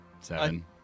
Seven